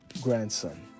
grandson